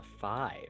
five